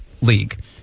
league